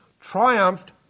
triumphed